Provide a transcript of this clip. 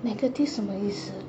negative 什么意思